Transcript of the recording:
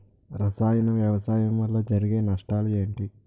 రసాయన వ్యవసాయం వల్ల జరిగే నష్టాలు ఏంటి?